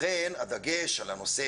לכן הדגש על הנושא,